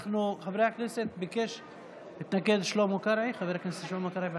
חבר הכנסת שלמה קרעי ביקש.